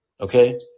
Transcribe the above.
Okay